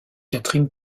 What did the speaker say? catherine